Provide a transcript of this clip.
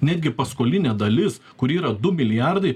netgi paskolinė dalis kur yra du milijardai